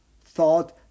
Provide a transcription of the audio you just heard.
thought